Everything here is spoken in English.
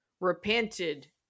Repented